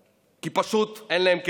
כי פשוט אין להם כסף,